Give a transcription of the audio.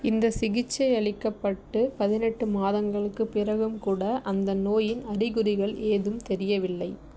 இந்த சிகிச்சையளிக்கப்பட்டு பதினெட்டு மாதங்களுக்கு பிறகும் கூட அந்த நோயின் அறிகுறிகள் ஏதும் தெரியவில்லை